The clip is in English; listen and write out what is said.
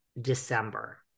December